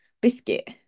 biscuit